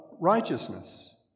righteousness